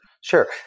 Sure